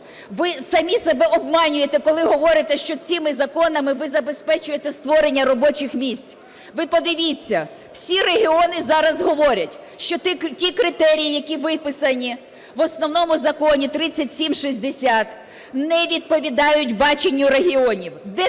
Ви самі себе обманюєте, коли говорите, що цими законами ви забезпечуєте створення робочих місць. Ви подивіться, всі регіони зараз говорять, що ти критерії, які виписані в основному Законі 3760, не відповідають баченню регіонів,